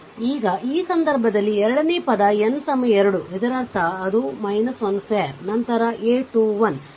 ಈಗ ಈ ಸಂದರ್ಭದಲ್ಲಿ ಎರಡನೇ ಪದ n 2 ಇದರರ್ಥ ಅದು 12 ನಂತರ a 21 ನಂತರ M 21